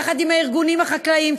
יחד עם הארגונים החקלאיים,